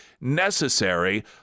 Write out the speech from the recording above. necessary